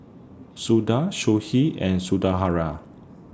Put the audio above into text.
Suda Sudhir and Sundaraiah